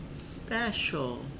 special